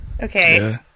Okay